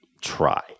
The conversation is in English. try